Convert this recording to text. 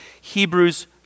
Hebrews